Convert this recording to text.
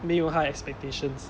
没有 high expectations